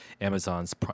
Amazon's